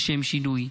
לשם שינוי.